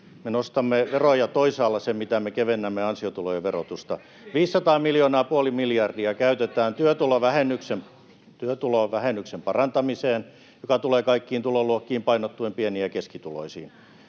nostamme veroja toisaalla sen, mitä me kevennämme ansiotulojen verotusta. 500 miljoonaa, puoli miljardia, [Annika Saarikon välihuuto] käytetään työtulovähennyksen parantamiseen, joka tulee kaikkiin tuloluokkiin painottuen pieni- ja keskituloisiin.